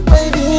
Baby